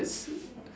that's